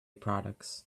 products